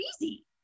easy